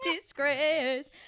Disgrace